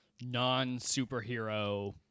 non-superhero